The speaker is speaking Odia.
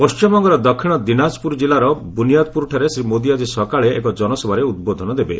ପଶ୍ଚିମବଙ୍ଗର ଦକ୍ଷିଣ ଦିନାଜପୁର ଜିଲ୍ଲାର ବୁନିୟାଦପୁରଠାରେ ଶ୍ରୀ ମୋଦି ଆଜି ସକାଳେ ଏକ ଜନସଭାରେ ଉଦ୍ବୋଧନ ଦେବେ